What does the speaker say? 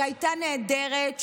שהייתה נהדרת,